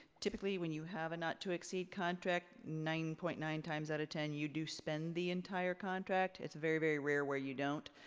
typically when you have a not to exceed contract nine point nine times out of ten you do spend the entire contract. it's very very rare where you don't